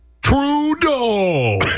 Trudeau